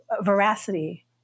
veracity